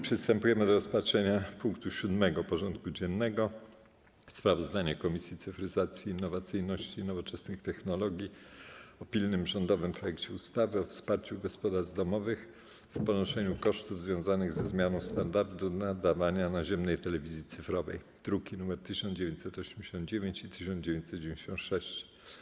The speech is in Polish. Przystępujemy do rozpatrzenia punktu 7. porządku dziennego: Sprawozdanie Komisji Cyfryzacji, Innowacyjności i Nowoczesnych Technologii o pilnym rządowym projekcie ustawy o wsparciu gospodarstw domowych w ponoszeniu kosztów związanych ze zmianą standardu nadawania naziemnej telewizji cyfrowej (druki nr 1989 i 1996)